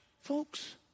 Folks